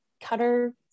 cutter